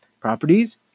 Properties